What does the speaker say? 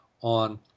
on